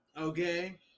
okay